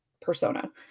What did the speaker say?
persona